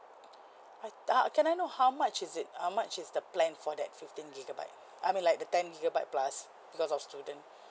I uh can I know how much is it how much is the plan for that fifteen gigabyte I mean like the ten gigabyte plus because of student